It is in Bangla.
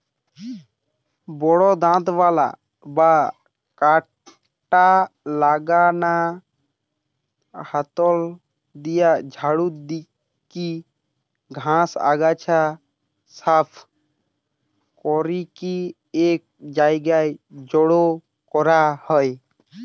বড় দাঁতবালা বা কাঁটা লাগানা হাতল দিয়া ঝাড়ু দিকি ঘাস, আগাছা সাফ করিকি এক জায়গায় জড়ো করা হয়